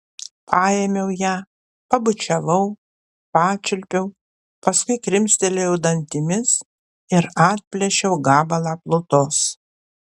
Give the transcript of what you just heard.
paėmiau ją pabučiavau pačiulpiau paskui krimstelėjau dantimis ir atplėšiau gabalą plutos